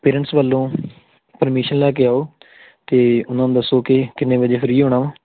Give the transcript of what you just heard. parents ਵੱਲੋਂ permission ਲੈ ਕੇ ਆਉ ਅਤੇ ਉਹਨਾਂ ਨੂੰ ਦੱਸੋ ਕਿ ਕਿੰਨੇ ਵਜੇ ਫਰੀ ਹੋਣਾ ਵਾ